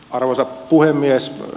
arvoisa puhemies